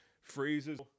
phrases